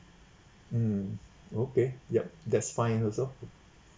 mm okay yup that's fine also